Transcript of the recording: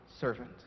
servant